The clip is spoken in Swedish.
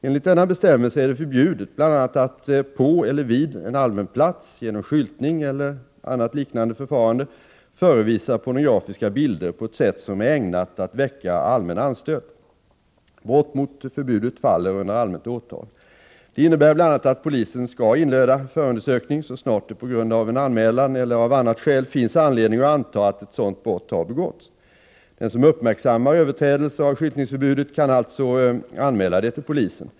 Enligt denna bestämmelse är det förbjudet bl.a. att på eller vid en allmän plats genom skyltning eller annat liknande förfarande förevisa pornografiska bilder på ett sätt som är ägnat att väcka allmän anstöt. Brott mot förbudet faller under allmänt åtal. Det innebär bl.a. att polisen skall inleda förundersökning, så snart det på grund av en anmälan eller av annat skäl finns anledning att anta att ett sådant brott har begåtts. Den som uppmärksammar överträdelser av skyltningsförbudet kan alltså anmäla det till polisen.